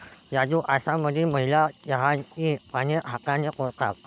राजू आसाममधील महिला चहाची पाने हाताने तोडतात